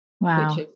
Wow